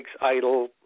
idle